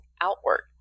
outward